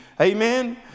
Amen